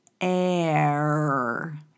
air